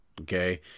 Okay